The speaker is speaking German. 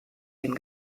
dem